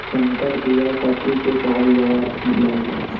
संकर बिया कथि के कहल जा लई?